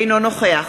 אינו נוכח